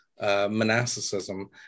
Monasticism